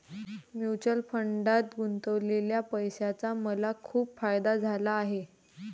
mutual फंडात गुंतवलेल्या पैशाचा मला खूप फायदा झाला आहे